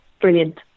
Brilliant